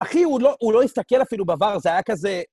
אחי, הוא לא הסתכל אפילו בVAR, זה היה כזה...